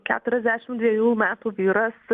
keturiasdešimt dviejų metų vyras